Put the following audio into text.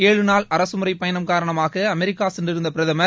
ஏழுநாள் அரசுமுறைப் பயணம் காரணமாக அமெரிக்கா சென்றிருந்த பிரதமர்